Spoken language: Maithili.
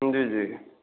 जी जी